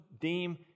deem